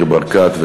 ניר ברקת,